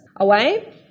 away